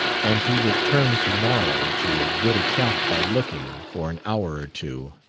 and he would turn to-morrow to good account by looking, for an hour or two,